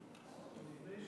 מהראשונים,